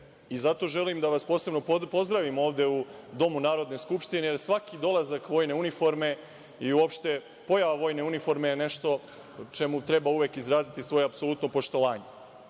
želim da vas posebno pozdravim ovde u Domu Narodne skupštine jer svaki dolazak vojne uniforme i uopšte pojava vojne uniforme je nešto čemu treba uvek izraziti svoje apsolutno poštovanje.